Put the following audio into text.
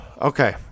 Okay